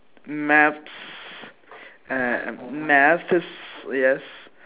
maths and math is yes